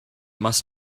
must